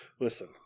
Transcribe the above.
listen